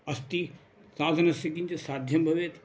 अस्ति साधनस्य किञ्चित् साध्यं भवेत्